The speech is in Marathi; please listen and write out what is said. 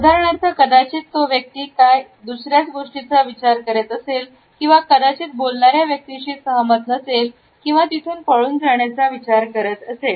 उदाहरणार्थ कदाचित तो व्यक्ती काय दुसऱ्याच गोष्टींचा विचार करीत असेल किंवा कदाचित बोलणाऱ्या व्यक्तीशी सहमत नसेल किंवा तिथून पळून जाण्याचा विचार करत असे